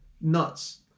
nuts